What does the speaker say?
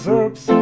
oops